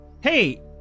Hey